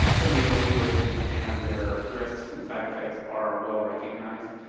certainly, opioids and their risks and side effects are well-recognized.